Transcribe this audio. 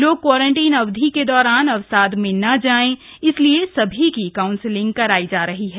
लोग क्वारंटीन अवधि के दौरान अवसाद में ना जाएं इसलिए सभी की काउंसलिंग कराई जा रही है